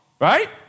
right